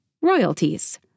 Royalties